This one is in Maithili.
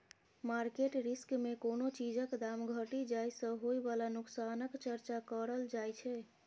मार्केट रिस्क मे कोनो चीजक दाम घटि जाइ सँ होइ बला नोकसानक चर्चा करल जाइ छै